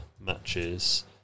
matches